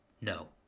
No